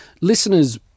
listeners